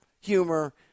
humor